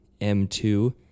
M2